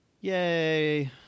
Yay